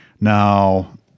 Now